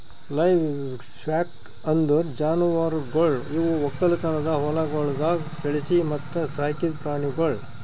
livestock ಅಂದುರ್ ಜಾನುವಾರುಗೊಳ್ ಇವು ಒಕ್ಕಲತನದ ಹೊಲಗೊಳ್ದಾಗ್ ಬೆಳಿಸಿ ಮತ್ತ ಸಾಕಿದ್ ಪ್ರಾಣಿಗೊಳ್